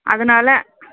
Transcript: அதனால்